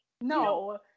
no